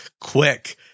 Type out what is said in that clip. quick